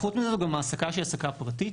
חוץ מזה, זו גם העסקה שהיא העסקה פרטית.